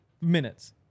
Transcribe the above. Minutes